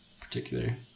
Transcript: particular